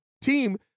team